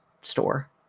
store